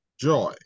joy